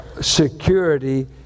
security